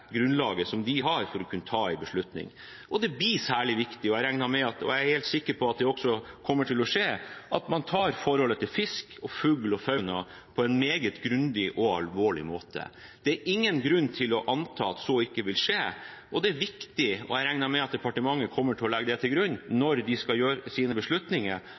har for å kunne ta en beslutning. Og det blir særlig viktig – og jeg er helt sikker på at det også kommer til å skje – at man tar forholdet til fisk, fugl og fauna på en meget grundig og alvorlig måte. Det er ingen grunn til å anta at det ikke vil skje. Det er viktig hvis vi skulle gi konsesjon – og jeg regner med at departementet kommer til å legge det til grunn når de skal gjøre sine beslutninger